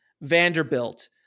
Vanderbilt